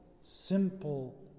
simple